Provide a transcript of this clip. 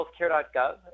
healthcare.gov